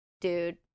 Dude